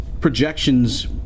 projections